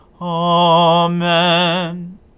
Amen